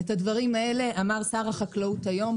את הדברים האלה אמר שר החקלאות היום,